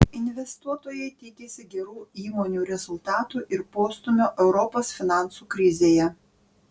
investuotojai tikisi gerų įmonių rezultatų ir postūmio europos finansų krizėje